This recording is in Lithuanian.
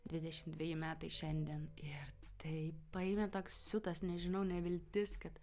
dvidešim dveji metai šiandien ir taip paėmė siutas nežinau neviltis kad